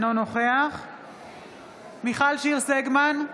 אינו נוכח מיכל שיר סגמן,